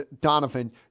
Donovan